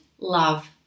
love